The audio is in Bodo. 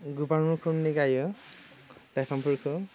गोबां रोखोमनि गायो लाइफांफोरखौ